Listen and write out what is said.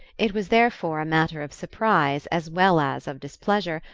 it was therefore a matter of surprise, as well as of displeasure,